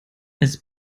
als